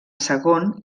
segon